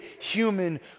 human